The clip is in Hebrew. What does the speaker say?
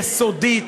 יסודית,